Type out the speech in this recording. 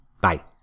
Bye